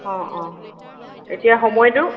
অঁ অঁ এতিয়া সময়টো